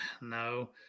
no